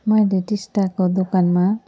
मैले टिस्टाको दोकानमा